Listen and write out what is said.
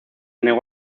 negó